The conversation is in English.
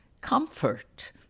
Comfort